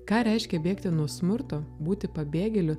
ką reiškia bėgti nuo smurto būti pabėgėliu